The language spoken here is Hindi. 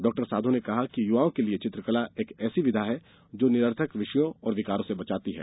डॉ साधौ ने कहा कि युवाओं के लिए चित्रकला एक ऐसी विधा है जो निरर्थक विषयों और विकारों से बचाती है